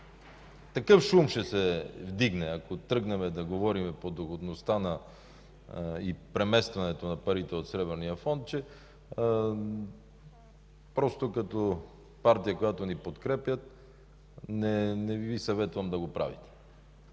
Такъв шум ще се вдигне, ако тръгнем да говорим по доходността или преместването на парите от Сребърния фонд, че просто като партия, която ни подкрепя, не Ви съветвам да го правите.